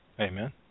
Amen